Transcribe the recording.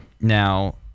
now